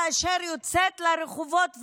כאשר היא יוצאת לרחובות,